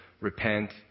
repent